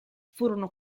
furono